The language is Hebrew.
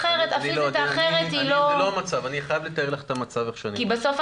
יודעים איפה זה פתוח בלי בעיה?